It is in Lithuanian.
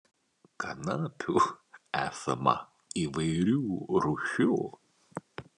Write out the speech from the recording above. kanapių esama įvairių rūšių